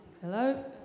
hello